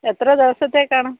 എത്ര ദിവസത്തേക്കാണ്